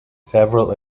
several